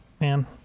man